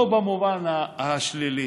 לא במובן השלילי.